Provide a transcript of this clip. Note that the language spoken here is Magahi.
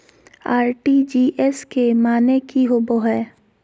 आर.टी.जी.एस के माने की होबो है?